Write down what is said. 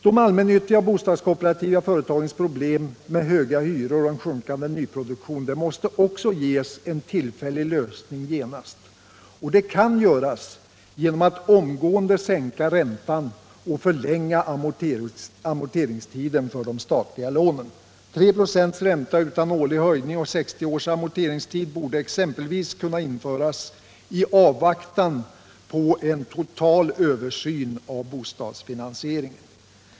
De allmännyttiga och bostadskooperativa företagens problem med höga hyror och en sjunkande nyproduktion måste också ges en tillfällig lösning genast. Det kan göras genom att omgående sänka räntan och förlänga amorteringstiden för de statliga lånen. 3 96 ränta utan årlig höjning och 60 års amorteringstid borde exempelvis kunna införas i avvaktan på en total översyn av bostadsfinansieringen.